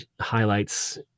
highlights